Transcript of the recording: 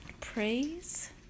praise